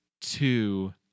two